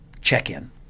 check-in